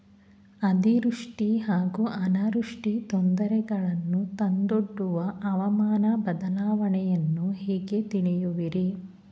ಅತಿವೃಷ್ಟಿ ಹಾಗೂ ಅನಾವೃಷ್ಟಿ ತೊಂದರೆಗಳನ್ನು ತಂದೊಡ್ಡುವ ಹವಾಮಾನ ಬದಲಾವಣೆಯನ್ನು ಹೇಗೆ ತಿಳಿಯುವಿರಿ?